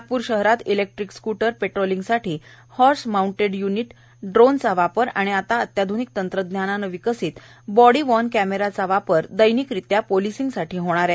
नागपूर शहरात electric scooter पेट्रोलिंगसाठी horse mounted unit drone चा वापर आणि आता अत्याध्निक तंत्रज्ञानाने विकसित बॉडी वार्न कॅमेराचा वापर दैनिकरित्या पोलिसिंगसाठी होणार आहे